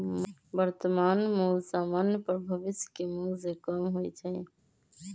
वर्तमान मोल समान्य पर भविष्य के मोल से कम होइ छइ